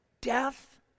death